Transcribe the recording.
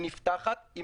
היא נפתחת.